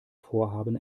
vorhaben